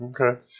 Okay